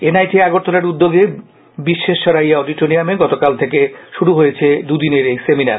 NIT আগরতলার উদ্যোগে বিশ্বেস্বরাইয়া অডিটোরিয়ামে গতকাল থেকে শুরু হয়েছে দুই দিনের এই সেমিনার